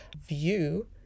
view